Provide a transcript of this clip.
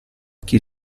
chi